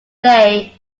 lay